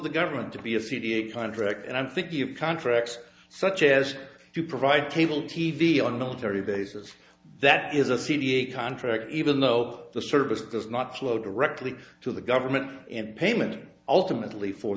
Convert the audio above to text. the government to be a c p a contract and i'm thinking of contracts such as you provide cable t v on military bases that is a c d a contract even though the service does not flow directly to the government and payment ultimately for